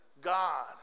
God